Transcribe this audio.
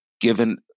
given